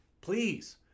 Please